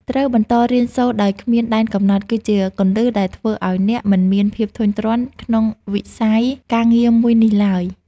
ការបន្តរៀនសូត្រដោយគ្មានដែនកំណត់ គឺជាគន្លឹះដែលធ្វើឱ្យអ្នកមិនមានភាពធុញទ្រាន់ក្នុងវិស័យការងារមួយនេះឡើយ។